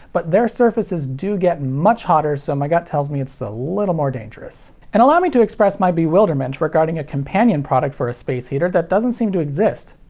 but their surfaces do get much hotter so my gut tells me it's a little more dangerous. and allow me to express my bewilderment regarding a companion product for a space heater that doesn't seem to exist.